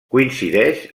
coincideix